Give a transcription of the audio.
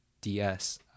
DS